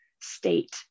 state